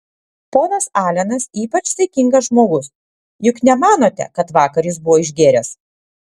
ponas alenas ypač saikingas žmogus juk nemanote kad vakar jis buvo išgėręs